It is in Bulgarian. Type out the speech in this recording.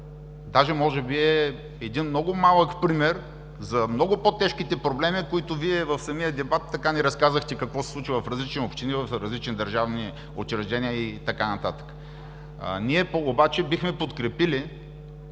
Даже може би е един много малък пример за много по-тежките проблеми, които Вие в самия дебат ни разказахте какво се случва в различни общини, в различни държавни учреждения и така нататък. Ние обаче, бихме подкрепили